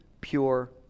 pure